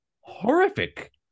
horrific